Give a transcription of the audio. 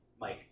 Mike